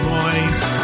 voice